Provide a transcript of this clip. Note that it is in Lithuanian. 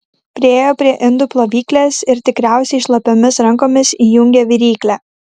priėjo prie indų plovyklės ir tikriausiai šlapiomis rankomis įjungė viryklę